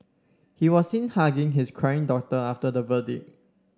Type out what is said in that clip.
he was seen hugging his crying daughter after the verdict